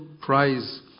prize